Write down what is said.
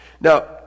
Now